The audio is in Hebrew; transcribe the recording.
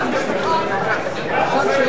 הוועדה, נתקבל.